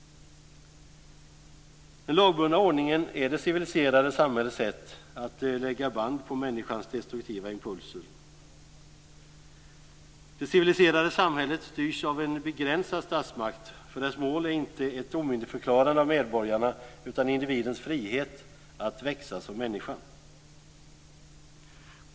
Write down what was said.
Den lagbundna ordningen är det civiliserade samhällets sätt att lägga band på människans destruktiva impulser. Det civiliserade samhället styrs av en begränsad statsmakt, för dess mål är inte ett omyndigförklarande av medborgarna, utan individens frihet att växa som människa.